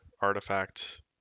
artifact